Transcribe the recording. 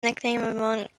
nickname